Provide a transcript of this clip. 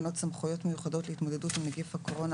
תקנות סמכויות מיוחדות להתמודדות עם נגיף הקורונה